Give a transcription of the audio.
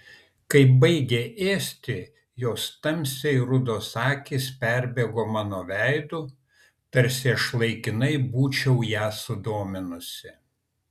kai baigė ėsti jos tamsiai rudos akys perbėgo mano veidu tarsi aš laikinai būčiau ją sudominusi